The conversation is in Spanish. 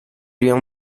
río